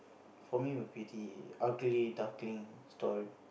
for me would be the ugly duckling story